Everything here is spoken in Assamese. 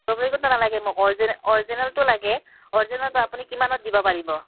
ডুব্লিকেটটো নালাগে মোক অৰজিনেল অৰিজিনেলটো লাগে অৰিজিনেলটো আপুনি কিমান দামত দিব পাৰিব